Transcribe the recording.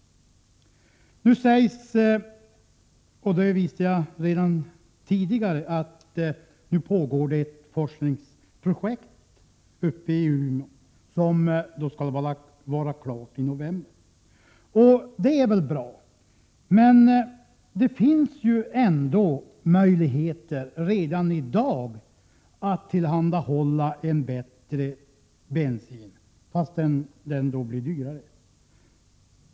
Nu sägs det — och det visste jag redan tidigare — att det i Umeå pågår forskningsprojekt som skall vara klara i november. Detta är bra, men det finns möjligheter att redan i dag tillhandahålla en bättre bensin fastän den då blir dyrare.